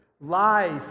life